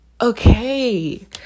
Okay